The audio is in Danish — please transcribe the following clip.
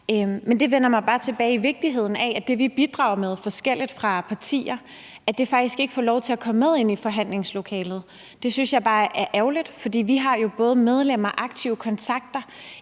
til at vende tilbage til vigtigheden af, at de forskellige ting, vi bidrager med fra partierne, faktisk ikke får lov til at komme med ind i forhandlingslokalet. Det synes jeg bare er ærgerligt, for vi har jo både medlemmer, aktive kontakter